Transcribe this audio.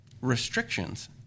restrictions